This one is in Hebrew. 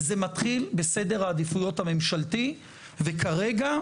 זה מתחיל בסדר העדיפויות הממשלתי וכרגע,